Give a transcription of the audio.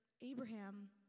Abraham